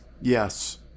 Yes